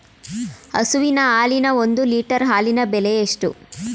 ಹಸುವಿನ ಹಾಲಿನ ಒಂದು ಲೀಟರ್ ಹಾಲಿನ ಬೆಲೆ ಎಷ್ಟು?